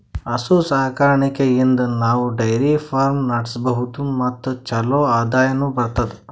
ಹಸು ಸಾಕಾಣಿಕೆಯಿಂದ್ ನಾವ್ ಡೈರಿ ಫಾರ್ಮ್ ನಡ್ಸಬಹುದ್ ಮತ್ ಚಲೋ ಆದಾಯನು ಬರ್ತದಾ